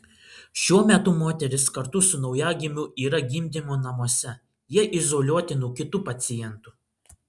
šiuo metu moteris kartu su naujagimiu yra gimdymo namuose jie izoliuoti nuo kitų pacientų